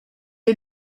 est